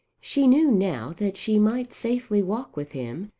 she knew now that she might safely walk with him,